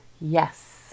Yes